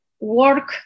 work